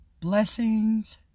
blessings